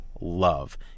Love